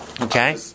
Okay